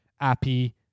Appy